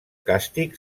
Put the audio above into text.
càstig